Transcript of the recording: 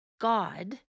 God